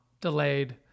delayed –